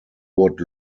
would